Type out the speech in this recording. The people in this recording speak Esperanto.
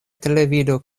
televido